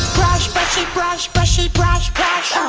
brush, brushy-brush, brushy-brush, brush.